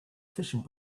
fishing